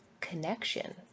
connection